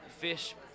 fish